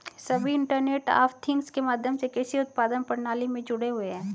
सभी internet of things के माध्यम से कृषि उत्पादन प्रणाली में जुड़े हुए हैं